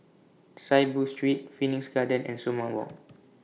Saiboo Street Phoenix Garden and Sumang Walk